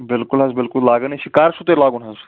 بِلکُل حظ بِلکُل لاگان ہے چھِ کَر چھُ تۄہہِ لگاوُن حظ